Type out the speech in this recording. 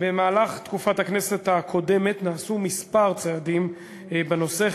במהלך תקופת הכנסת הקודמת נעשו כמה צעדים בנושא,